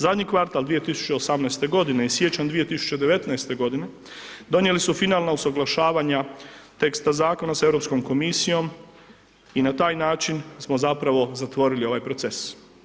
Zadnji kvartal 2018. godine i siječanj 2019. godine donijeli su finalna usaglašavanja teksta zakona s Europskom komisijom i na taj način smo zapravo zatvorili ovaj proces.